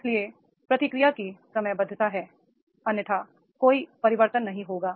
इसलिए प्रतिक्रिया की समयबद्धता है अन्यथा कोई परिवर्तन नहीं होगा